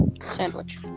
Sandwich